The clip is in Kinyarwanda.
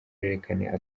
y’uruhererekane